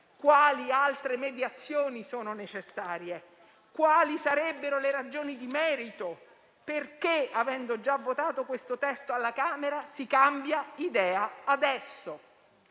Quali altre mediazioni sono necessarie? Quali sarebbero le ragioni di merito per cui, avendo già votato questo testo alla Camera, cambiare idea adesso?